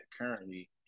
currently